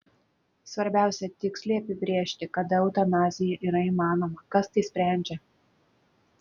svarbiausia tiksliai apibrėžti kada eutanazija yra įmanoma kas tai sprendžia